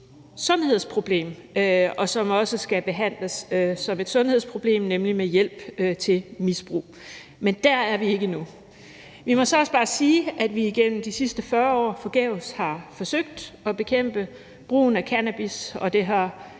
sundhedsproblem, som også skal behandles som et sundhedsproblem, nemlig med hjælp til misbrug, men der er vi ikke endnu. Vi må så også bare sige, at vi igennem de sidste 40 år forgæves har forsøgt at bekæmpe brugen af cannabis, og det har